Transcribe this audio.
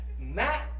Matt